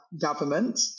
government